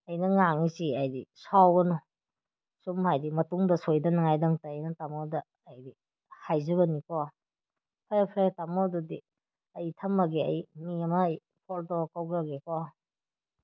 ꯑꯩꯅ ꯉꯥꯡꯉꯤꯁꯤ ꯍꯥꯏꯕꯗꯤ ꯁꯥꯎꯒꯅꯨ ꯑꯁꯨꯝ ꯍꯥꯏꯕꯗꯤ ꯃꯇꯨꯡꯗ ꯁꯣꯏꯗꯅꯉꯥꯏꯗꯃꯛꯇ ꯑꯩꯅ ꯇꯥꯃꯣꯗ ꯍꯥꯏꯕꯗꯤ ꯍꯥꯏꯖꯕꯅꯤꯀꯣ ꯐꯔꯦ ꯐꯔꯦ ꯇꯥꯃꯣ ꯑꯗꯨꯗꯤ ꯑꯩ ꯊꯝꯃꯒꯦ ꯑꯩ ꯃꯤ ꯑꯃ ꯐꯣꯟ ꯇꯧꯔ ꯀꯧꯈ꯭ꯔꯒꯦꯀꯣ